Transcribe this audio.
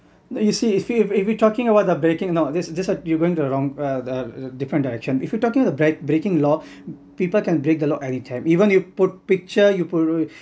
you see if you if you talking about the breaking now just what you're going the wrong uh different direction if you talking break breaking law people can break the law anytime even you put picture you put